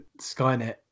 Skynet